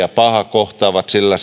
kohtaavat sillä